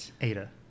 Ada